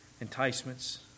enticements